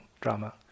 drama